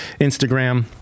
instagram